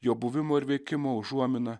jo buvimo ir veikimo užuomina